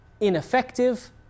ineffective